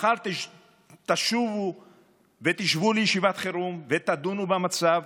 מחר תשובו ותשבו בישיבת חירום ותדונו במצב,